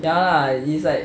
ya lah it's like